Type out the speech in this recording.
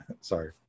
Sorry